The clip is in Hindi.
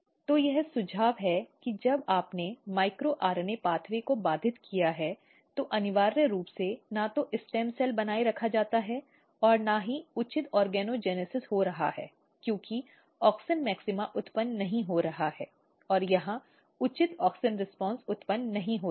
तो यह सुझाव है कि जब आपने माइक्रो आरएनए मार्ग को बाधित किया है तो अनिवार्य रूप से न तो स्टेम सेल बनाए रखा जाता है और न ही उचित ऑर्गोजेनेसिस हो रहा है क्योंकि ऑक्सिन मैक्सिमा उत्पन्न नहीं हो रहा है या यहां उचित ऑक्सिन प्रतिक्रियाएं उत्पन्न नहीं हो रही हैं